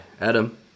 Adam